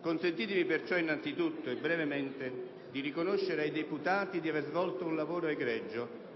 Consentitemi perciò innanzitutto e brevemente di riconoscere ai deputati di avere svolto un lavoro egregio,